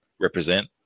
represent